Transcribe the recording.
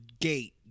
gate